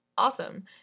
awesome